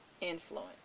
influence